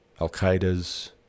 Al-Qaeda's